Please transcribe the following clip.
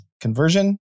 conversion